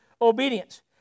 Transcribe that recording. obedience